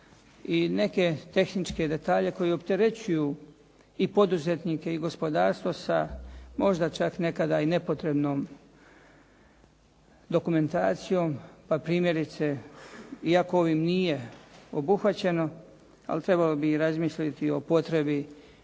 i neke tehničke detalje koji opterećuju i poduzetnike i gospodarstvo sa možda čak nekada i nepotrebnom dokumentacijom, pa primjerice iako ovim nije obuhvaćeno, ali bi trebalo i razmisliti o potrebi